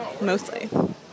mostly